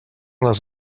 les